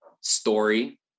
story